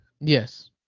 Yes